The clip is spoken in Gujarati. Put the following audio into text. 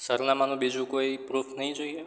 સરનામાનું બીજું કોઈ પ્રુફ નહીં જોઈએ